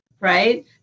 right